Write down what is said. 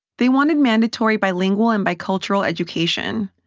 they wanted mandatory bilingual and bicultural education,